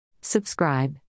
Subscribe